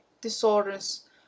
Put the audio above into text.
disorders